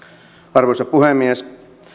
arvoisa puhemies